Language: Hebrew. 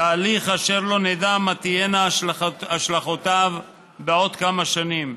תהליך אשר לא נדע מה תהיינה השלכותיו בעוד כמה שנים.